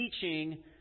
teaching